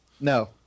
No